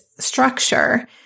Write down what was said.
Structure